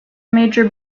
major